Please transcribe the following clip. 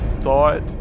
thought